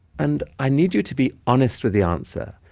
and i need you to be honest with the answer.